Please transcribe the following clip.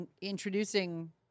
introducing